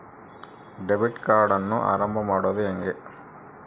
Debit ಕಾರ್ಡನ್ನು ಆರಂಭ ಮಾಡೋದು ಹೇಗೆ?